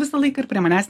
visą laiką ir prie manęs